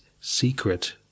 secret